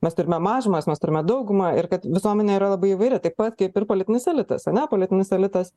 mes turime mažumas mes turime daugumą ir kad visuomenė yra labai įvairi taip pat kaip ir politinis elitas ane politinis elitas